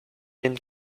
been